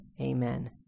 Amen